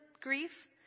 grief